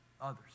others